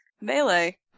melee